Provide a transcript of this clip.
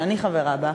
שאני חברה בה,